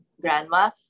grandma